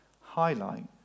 highlight